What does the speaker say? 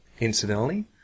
Incidentally